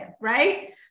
right